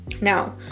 now